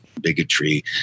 bigotry